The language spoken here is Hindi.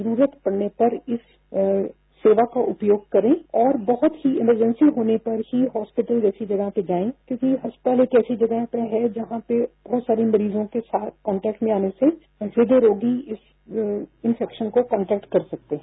जरूरत पड़ने पर इस सेवा को उपयोग करें और बहुत ही इमेरजेंसी होने पर ही हॉस्पिटल जैसी जगह पर जाए क्योंकि अस्पताल एक ऐसी जगह है जहां पर बहुत सारी मरीजों के साथ कॉन्टेक्ट में से ह्रदय रोगी इस इंफेक्सन को कॉम्पैक्ट कर सकते हैं